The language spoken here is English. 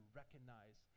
recognize